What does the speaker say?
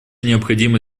необходимо